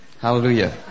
Hallelujah